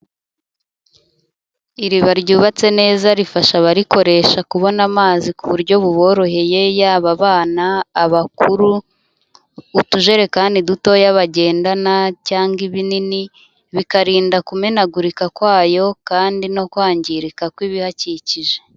Iriba ryubatse neza rifasha abarikoresha kubona amazi ku buryo buboroheye, yaba abana, abakuru, utujerekani dutoya bagendana cyangwa ibinini, bikarinda kumenagurika kwayo, kandi no kwangirika kw'ibihakikije.